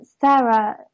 Sarah